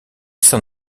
s’en